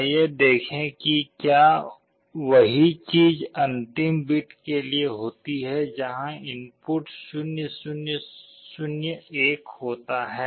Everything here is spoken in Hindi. आइए देखें कि क्या वही चीज़ अंतिम बिट के लिए होती है जहाँ इनपुट 0 0 0 1 होता है